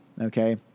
Okay